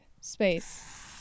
space